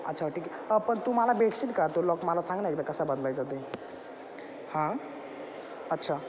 अच्छा ठीक आहे हा पण तू मला भेटशील का तो लॉक मला सांग ना एकदा कसं बदलायचा ते हां अच्छा